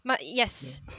Yes